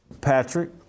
Patrick